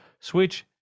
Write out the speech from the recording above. Switch